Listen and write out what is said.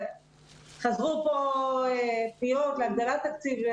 חזרו פה קריאות להגדלת תקציב.